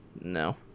No